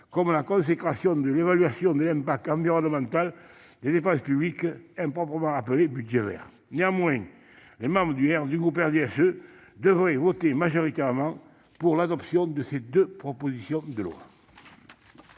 comme la consécration de l'évaluation de l'impact environnemental des dépenses publiques, improprement appelée « budget vert ». Pour ces différentes raisons, les membres du groupe du RDSE devraient voter majoritairement pour l'adoption de ces deux propositions de loi.